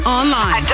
online